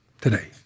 today